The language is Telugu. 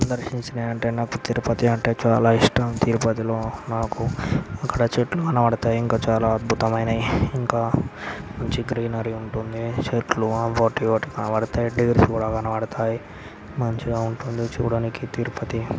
సందర్శించినవి అంటే నాకు తిరుపతి అంటే చాలా ఇష్టం తిరుపతిలో నాకు అక్కడ చెట్లు కనపడతాయి ఇంకా చాలా అద్భుతమైనవి ఇంకా మంచి గ్రీనరీ ఉంటుంది చెట్లు అవోటి ఇవోటి కనపడతాయి అంటే పూలు కనపడతాయి మంచిగా ఉంటుంది చూడడానికి తిరుపతి